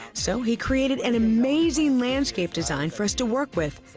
so he created an amazing landscape design for us to work with,